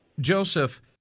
Joseph